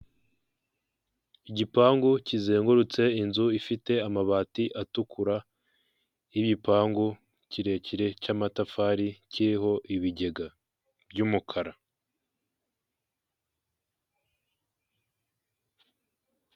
Igipangu kizengurutse inzu ifite amabati atukura y'ibipangu kirekire cy'amatafari kiriho ibigega by'umukara.